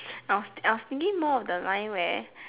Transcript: I'll I'll was thinking more of the line where